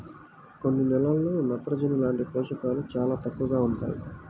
కొన్ని నేలల్లో నత్రజని లాంటి పోషకాలు చాలా తక్కువగా ఉంటాయి